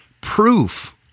proof